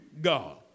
God